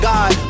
God